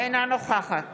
אינה נוכחת